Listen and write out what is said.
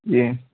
جی